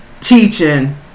Teaching